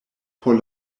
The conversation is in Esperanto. por